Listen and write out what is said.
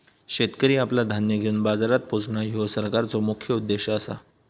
शेतकरी आपला धान्य घेवन बाजारात पोचणां, ह्यो सरकारचो मुख्य उद्देश आसा